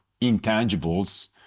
intangibles